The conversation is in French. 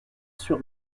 sur